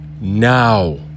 now